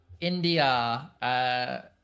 India